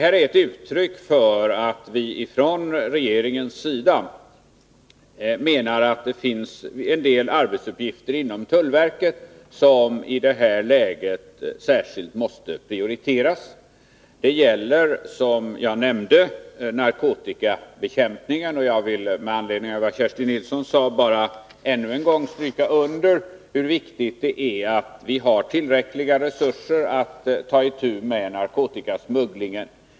Därmed vill vi från regeringens sida ge uttryck för att det finns en del arbetsuppgifter inom tullverket som i det här läget särskilt måste prioriteras. Det gäller, som jag nämnde, narkotikabekämpningen. Jag vill med anledning av vad Kerstin Nilsson sade bara ännu en gång stryka under hur viktigt det är att vi har tillräckliga resurser för att ta itu med narkotikasmugglingen.